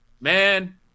man